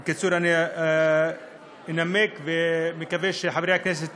בקיצור, אני אנמק ואני מקווה שחברי הכנסת